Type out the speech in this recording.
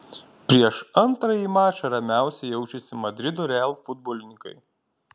prieš antrąjį mačą ramiausiai jaučiasi madrido real futbolininkai